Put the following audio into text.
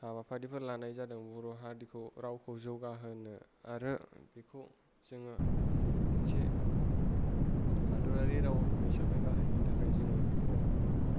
हाबाफारिफोर लानाय जादों बर' हारिखौ रावखौ जौगाहोनो आरो बेखौ जोङो मोनसे हादरारि राव हिसाबै बाहायनो थाखाय जोङो बेखौ